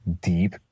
deep